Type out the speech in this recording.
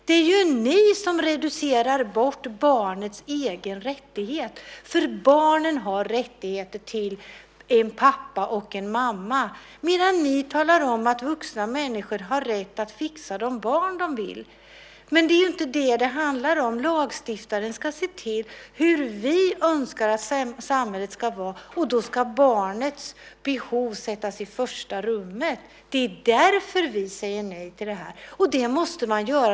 Det är ni som reducerar bort barnets egen rättighet. Barnet har rättigheter till en pappa och en mamma medan ni talar om att vuxna människor har rätt att fixa de barn de vill. Men det handlar inte om det. Lagstiftaren ska se till hur vi önskar att samhället ska vara, och då ska barnets behov sättas i första rummet. Det är därför vi säger nej till detta. Det måste man göra.